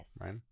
right